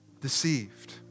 deceived